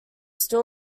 still